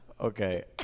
Okay